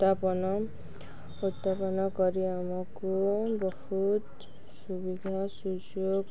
ଉତ୍ପନ ଉତ୍ପନ କରି ଆମକୁ ବହୁତ ସୁବିଧା ସୁଯୋଗ